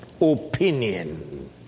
opinion